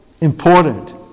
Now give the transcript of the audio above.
important